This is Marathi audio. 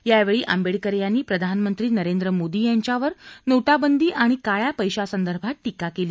यावेळी आंबेडकर यांनी प्रधानमंत्री नरेंद्र मोदी यांच्यावर नोटाबंदी आणि काळया पैशासंदर्भात टीका केली